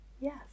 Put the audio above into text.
Yes